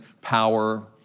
power